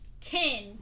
Ten